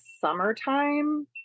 summertime